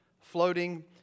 floating